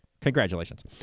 Congratulations